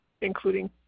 including